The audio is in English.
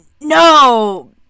No